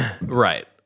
Right